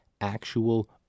actual